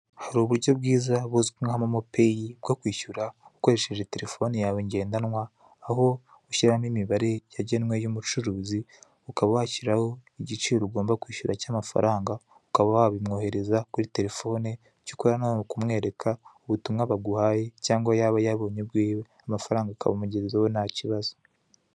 Hari uburyo bwiza buzwi nka MoMo Peyi, bwo kwishyura ukoresheje telefoni yawe ngendanw, aho ushyiramo imibare yagenwe y'umucurizi, ukaba washyiraho igiciro ugomba kwishyura cy'amafaranga, ukaba wabimwoherereza kuri telefoni, amafaranga akamugeraho nta kibazo.